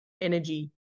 energy